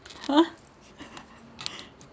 !huh!